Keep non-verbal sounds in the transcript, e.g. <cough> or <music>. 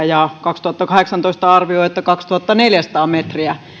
<unintelligible> ja vuoden kaksituhattakahdeksantoista arvio on kaksituhattaneljäsataa metriä